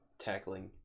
tackling